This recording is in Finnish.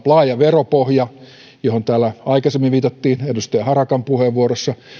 laaja veropohja johon täällä aikaisemmin viitattiin edustaja harakan puheenvuorossa